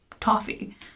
Toffee